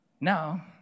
Now